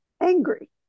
angry